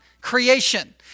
creation